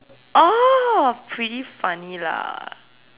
oh pretty funny lah